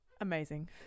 Amazing